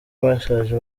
bashaje